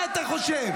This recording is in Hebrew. מה אתה חושב,